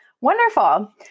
wonderful